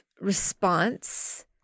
response